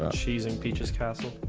ah cheesing peach's castle